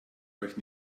euch